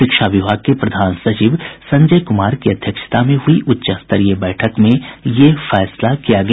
शिक्षा विभाग के प्रधान सचिव संजय कुमार की अध्यक्षता में हुई उच्चस्तरीय बैठक में यह फैसला किया गया